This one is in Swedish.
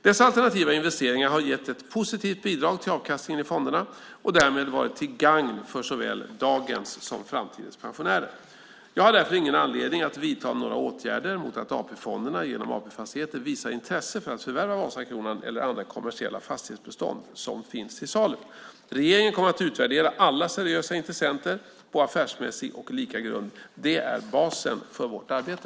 Dessa alternativa investeringar har givit ett positivt bidrag till avkastningen i fonderna och därmed varit till gagn för såväl dagens som framtidens pensionärer. Jag har därför ingen anledning att vidta några åtgärder mot att AP-fonderna genom AP Fastigheter visar intresse för att förvärva Vasakronan eller andra kommersiella fastighetsbestånd som finns till salu. Regeringen kommer att utvärdera alla seriösa intressenter på affärsmässig och lika grund. Det är basen för vårt arbete.